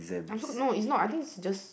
I'm also don't know is not I think is just